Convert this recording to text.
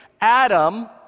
Adam